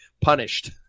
punished